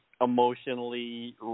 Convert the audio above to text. emotionally